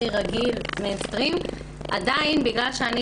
הכי רגיל.